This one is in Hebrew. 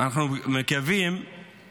אנחנו מקווים